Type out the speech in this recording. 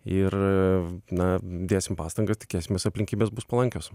ir na dėsim pastangas tikėsimės aplinkybės bus palankios